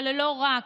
אבל לא רק,